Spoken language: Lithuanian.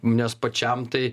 nes pačiam tai